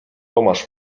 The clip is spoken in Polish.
tomasz